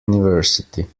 university